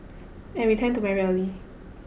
and we tend to marry early